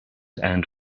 and